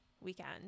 weekend